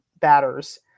batters